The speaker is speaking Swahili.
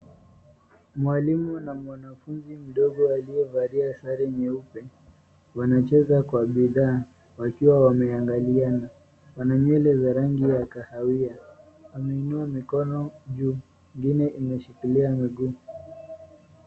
Mwalimu na mwanafunzi mdogo aliyevalia sare nyeupe. Wanacheza kwa bidhaa wakiwa wameangaliana. Ana nywele ya rangi ya kahawia. Ameinua mkono juu, ingine imeshikilia miguu.